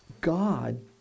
God